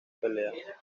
pelea